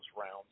rounds